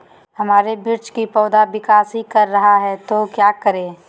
हमारे मिर्च कि पौधा विकास ही कर रहा है तो क्या करे?